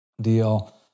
deal